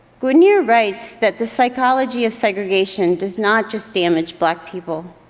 guinir writes that the psychology of segregation does not just damage black people,